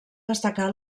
destacar